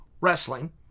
wrestling